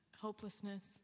hopelessness